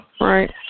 Right